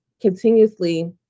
continuously